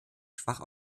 schwach